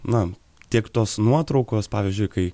na tiek tos nuotraukos pavyzdžiui kai